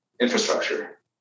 infrastructure